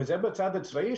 וזה בצד הצבאי,